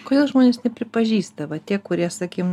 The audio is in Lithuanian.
kodėl žmonės nepripažįsta va tie kurie sakykim